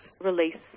release